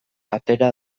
atera